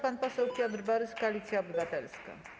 Pan poseł Piotr Borys, Koalicja Obywatelska.